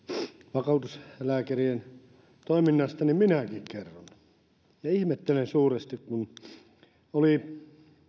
vakuutuslääkärien toiminnasta niin minäkin kerron ihmettelen suuresti kun oli